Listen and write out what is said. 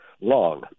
long